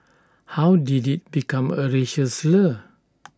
how did IT become A racial slur